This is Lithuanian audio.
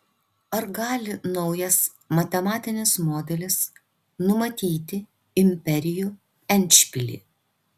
ar gali naujas matematinis modelis numatyti imperijų endšpilį